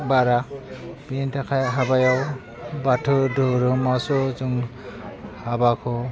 बारा बेनि थाखाय हाबायाव बाथौ दोहोरोमावसो जों हाबाखौ